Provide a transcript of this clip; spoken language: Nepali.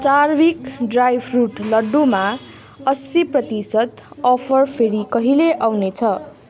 चार्भिक ड्राई फ्रुट लड्डूमा असी प्रतिशत अफर फेरि कहिले आउने छ